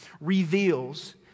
reveals